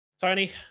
Tony